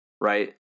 right